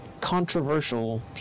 controversial